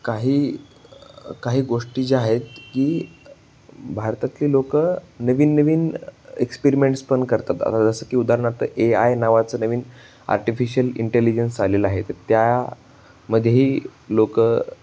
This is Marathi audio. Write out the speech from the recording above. काही काही गोष्टी ज्या आहेत की भारतातले लोकं नवीन नवीन एक्सपेरिमेंट्स पण करतात आता जसं की उदाहरणार्थ ए आय नावाचं नवीन आर्टिफिशियल इंटेलिजन्स आलेलं आहे तर त्यामधेही लोक